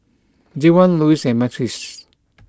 Javon Louis and Myrtice